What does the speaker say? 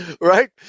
Right